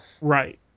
Right